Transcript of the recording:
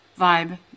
vibe